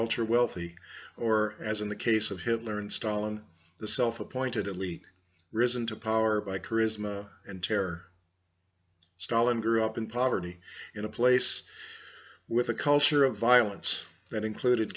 ultra wealthy or as in the case of hitler and stalin the self appointed elite risen to power by charisma and tear stalin grew up in poverty in a place with a culture of violence that included